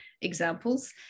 examples